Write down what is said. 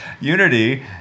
Unity